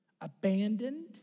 abandoned